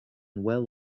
well